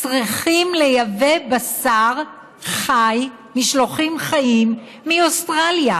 צריכים לייבא בשר חי, משלוחים חיים מאוסטרליה,